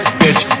bitch